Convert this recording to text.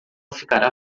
ficará